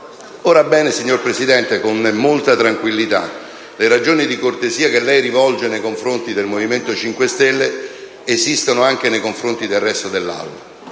Ora, signor Presidente, con molta tranquillità le ragioni di cortesia che lei rivolge nei confronti del Movimento 5 Stelle esistono anche nei confronti del resto dell'Aula.